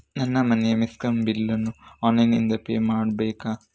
ನನ್ನ ಮನೆಯ ಮೆಸ್ಕಾಂ ಬಿಲ್ ಅನ್ನು ಆನ್ಲೈನ್ ಇಂದ ಪೇ ಮಾಡ್ಬೇಕಾ?